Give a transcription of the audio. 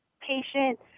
patient